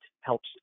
helps